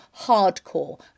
hardcore